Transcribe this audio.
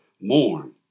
mourn